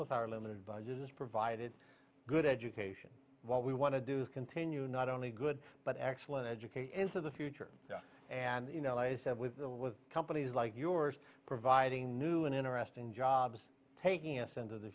with our limited budget is provided good education what we want to do is continue not only good but excellent education is of the future and you know i said with companies like yours providing new and interesting jobs taking us into the